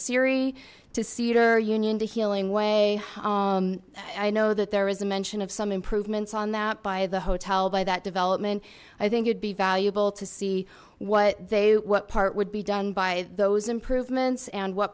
cedar union to healing way i know that there is a mention of some improvements on that by the hotel by that development i think it'd be valuable to see what they what part would be done by those improvements and what